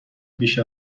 بیش